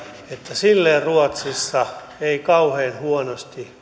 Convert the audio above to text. silleen ruotsissa ei kauhean huonosti